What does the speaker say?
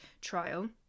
trial